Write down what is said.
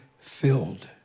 filled